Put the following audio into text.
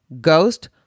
Ghost